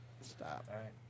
Stop